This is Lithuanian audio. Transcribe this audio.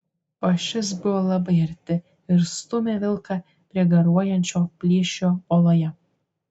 o šis buvo labai arti ir stūmė vilką prie garuojančio plyšio uoloje